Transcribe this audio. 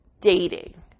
dating